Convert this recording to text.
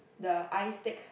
the I Steak